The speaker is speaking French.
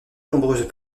nombreuses